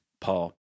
Paul